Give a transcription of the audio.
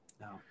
No